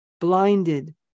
blinded